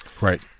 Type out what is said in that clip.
right